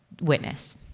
witness